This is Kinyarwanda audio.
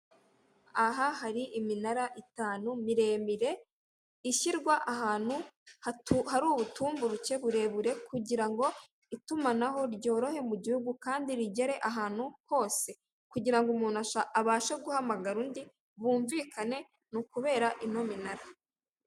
Aha hari iminara itanu miremire ishyirwa ahantu ha hari ubutumburuke burebure kugira ngo itumanaho ryorohe mu gihugu, kandi rigere ahantu hose kugira ngo umuntu abashe guhamagara undi bumvikane ni ukubera ino minara.